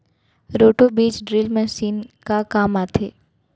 Roto बीज drill machine का काम आथे?